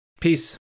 Peace